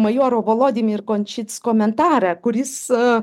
majoro valodimyr končits komentarą kuris